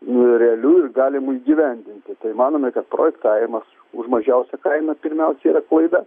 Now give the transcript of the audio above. nu realiu ir galimu įgyvendinti tai manome kad projektavimas už mažiausią kainą pirmiausia yra klaida